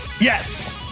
Yes